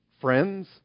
friends